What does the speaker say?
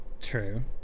True